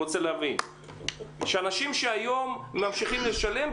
שאנשים שהיום ממשיכים לשלם,